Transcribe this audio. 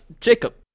Jacob